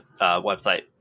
website